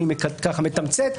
אני מתמצת,